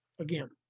Again